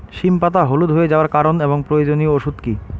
সিম পাতা হলুদ হয়ে যাওয়ার কারণ এবং প্রয়োজনীয় ওষুধ কি?